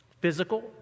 physical